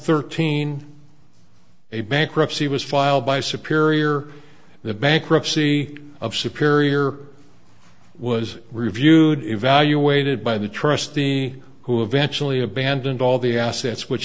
thirteen a bankruptcy was filed by superior the bankruptcy of superior was reviewed evaluated by the trust the who eventually abandoned all the assets which